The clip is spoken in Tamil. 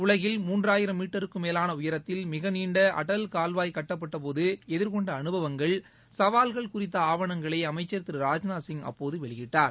உலகில் மூன்றாயிரம் மீட்டருக்கும் மேலான உயரத்தில் மிக நீண்ட அடல் கால்வாய் கட்டபட்டபோது எதிர்கொண்ட அனுபவங்கள் சவால்கள் குறித்த ஆவணங்களை அமைச்சர் திரு ராஜ்நாத் சிங் அப்போது வெளியிட்டார்